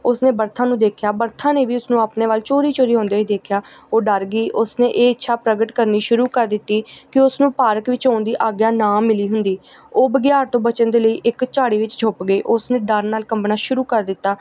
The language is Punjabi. ਉਸਨੇ ਬਰਥਾ ਨੂੰ ਦੇਖਿਆ ਬਰਥਾ ਨੇ ਵੀ ਉਸਨੂੰ ਆਪਣੇ ਵੱਲ ਚੋਰੀ ਚੋਰੀ ਆਉਂਦੇ ਹੋਏ ਦੇਖਿਆ ਉਹ ਡਰ ਗਈ ਉਸਨੇ ਇਹ ਇੱਛਾ ਪ੍ਰਗਟ ਕਰਨੀ ਸ਼ੁਰੂ ਕਰ ਦਿੱਤੀ ਕਿ ਉਸਨੂੰ ਪਾਰਕ ਵਿੱਚ ਆਉਣ ਦੀ ਆਗਿਆ ਨਾ ਮਿਲੀ ਹੁੰਦੀ ਉਹ ਬਗਿਆੜ ਤੋਂ ਬਚਣ ਦੇ ਲਈ ਇੱਕ ਝਾੜੀ ਵਿੱਚ ਛੁੱਪ ਗਈ ਉਸਨੇ ਡਰ ਨਾਲ ਕੰਬਣਾ ਸ਼ੁਰੂ ਕਰ ਦਿੱਤਾ